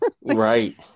Right